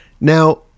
Now